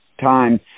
time